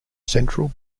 central